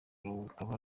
rukaba